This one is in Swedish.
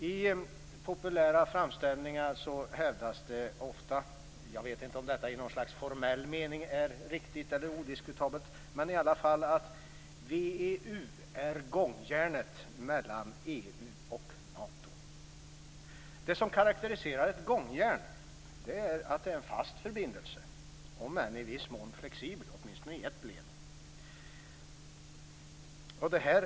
I populära framställningar hävdas det ofta - jag vet inte om detta i formell mening är riktigt och odiskutabelt - att VEU är gångjärnet mellan EU och Nato. Det som karakteriserar ett gångjärn är att det är en fast förbindelse, om än i viss mån flexibelt, åtminstone i ett led.